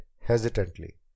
hesitantly